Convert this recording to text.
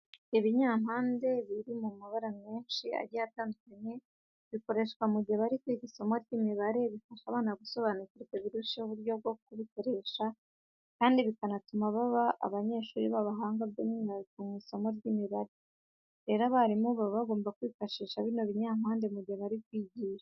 Ibinyampande biri mu mabara menshi agiye atandukanye bikoreshwa mu gihe bari kwiga isomo ry'imibare bifasha abana gusobanukirwa biruseho uburyo bwo kubikoresha kandi bikanatuma baba abanyeshuri b'abahanga by'umwihariko muri iri somo ry'imibare. Rero abarimu baba bagomba kwifashisha bino binyampande mu gihe bari kwigisha.